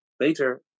later